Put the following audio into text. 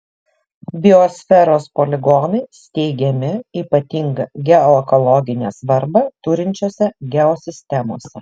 biosferos poligonai steigiami ypatingą geoekologinę svarbą turinčiose geosistemose